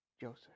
Joseph